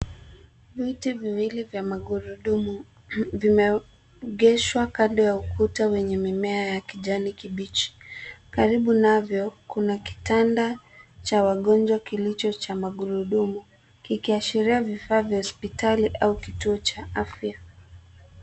Viti viwili vya magurudumu vimeegeshwa kando ya ukuta wenye mimea ya kijani kibichi. Karibu navyo, kuna kitanda cha wagonjwa kilicho cha magurudumu, kikiashiria vifaa vya hospitali au kituo cha afya.